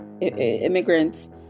immigrants